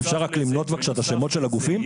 אפשר רק למנות את השמות של הגופים?